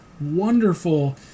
wonderful